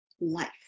life